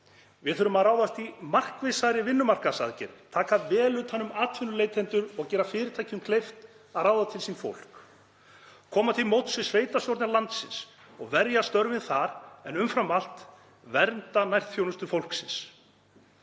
Við þurfum að ráðast í markvissari vinnumarkaðsaðgerðir, taka vel utan um atvinnuleitendur og gera fyrirtækjum kleift að ráða til sín fólk, koma til móts við sveitarstjórnir landsins og verja störfin þar en umfram allt vernda nærþjónustu fólksins.